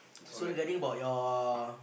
so regarding about your